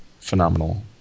phenomenal